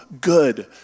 good